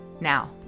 Now